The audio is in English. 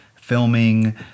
filming